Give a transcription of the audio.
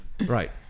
right